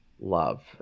love